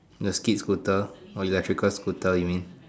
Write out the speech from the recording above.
the skate scooter or electrical scooter you mean